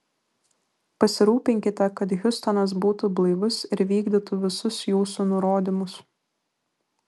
pasirūpinkite kad hiustonas būtų blaivus ir vykdytų visus jūsų nurodymus